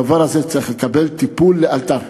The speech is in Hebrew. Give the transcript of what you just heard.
הדבר הזה צריך לקבל טיפול לאלתר.